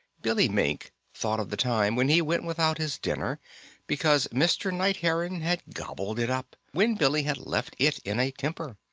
billy mink thought of the time when he went without his dinner because mr. night heron had gobbled it up, when billy had left it in a temper.